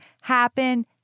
happen